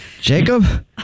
Jacob